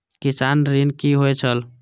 किसान ऋण की होय छल?